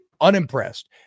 unimpressed